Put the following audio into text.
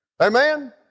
Amen